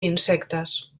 insectes